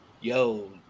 yo